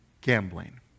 gambling